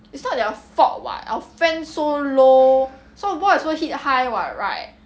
it's not their fault [what] our fence so low so the ball is going to hit high [what] right